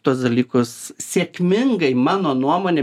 tuos dalykus sėkmingai mano nuomone